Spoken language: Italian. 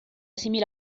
simile